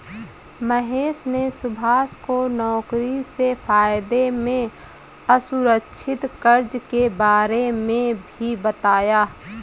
महेश ने सुभाष को नौकरी से फायदे में असुरक्षित कर्ज के बारे में भी बताया